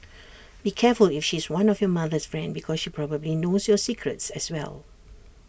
be careful if she's one of your mother's friend because she probably knows your secrets as well